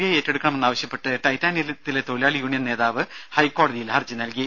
I ഏറ്റെടുക്കണമെന്നാവശ്യപ്പെട്ട് ടൈറ്റാനിയത്തിലെ തൊഴിലാളി യൂണിയൻ നേതാവ് ഹൈക്കോടതിയിൽ ഹർജി നൽകി